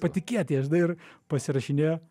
patikėt jie žinai ir pasirašinėjo